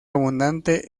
abundante